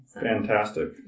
Fantastic